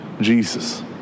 Jesus